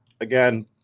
Again